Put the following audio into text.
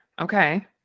Okay